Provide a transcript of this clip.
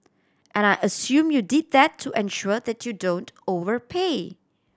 and I assume you did that to ensure that you don't overpay